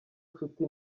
nshuti